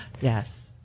Yes